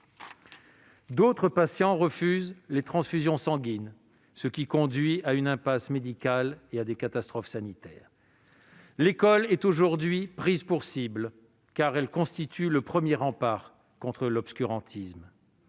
D'autres patients refusent les transfusions sanguines, ce qui conduit à une impasse médicale et à des catastrophes sanitaires. L'école est aujourd'hui prise pour cible, car elle constitue le premier rempart contre l'obscurantisme.